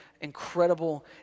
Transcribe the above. incredible